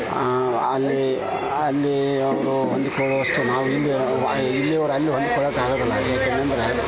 ಅಲ್ಲಿ ಅಲ್ಲಿ ಅವರು ಹೊಂದಿಕೊಳ್ಳುವಷ್ಟು ನಾವು ಇಲ್ಲಿ ಇಲ್ಲಿಯವರು ಅಲ್ಲಿ ಹೊಂದಿಕೊಳೋಕ್ ಆಗೋದಿಲ್ಲ ಯಾಕಂದರೆ